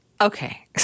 Okay